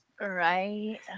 Right